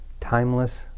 timeless